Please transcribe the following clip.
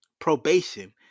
probation